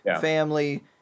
family